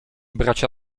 bracia